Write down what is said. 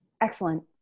Excellent